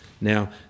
Now